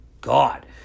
God